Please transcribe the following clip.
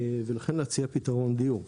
לכן, נציע פיתרון דיור.